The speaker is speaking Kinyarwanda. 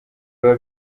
biba